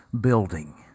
building